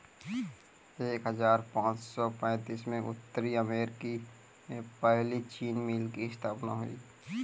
एक हजार पाँच सौ पैतीस में उत्तरी अमेरिकी में पहली चीनी मिल की स्थापना हुई